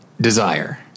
desire